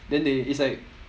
then they it's like